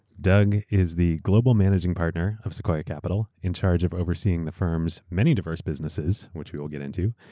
doug is the global managing partner of sequoia capital, in charge of overseeing the firmaeurs many diverse businesses, which we will get into,